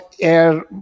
air